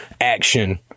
action